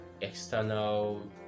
external